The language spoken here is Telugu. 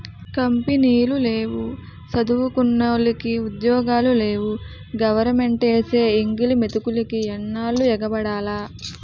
కంపినీలు లేవు సదువుకున్నోలికి ఉద్యోగాలు లేవు గవరమెంటేసే ఎంగిలి మెతుకులికి ఎన్నాల్లు ఎగబడాల